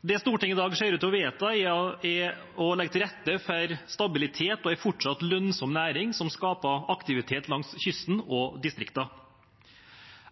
Det Stortinget i dag ser ut til å vedta, er å legge til rette for stabilitet og en fortsatt lønnsom næring som skaper aktivitet langs kysten og i distriktene.